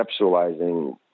conceptualizing